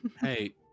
Hey